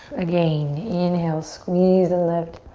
again, inhale, squeeze and lift.